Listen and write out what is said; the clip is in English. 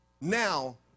now